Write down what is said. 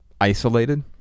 isolated